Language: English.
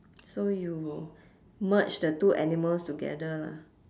so you merge the two animals together lah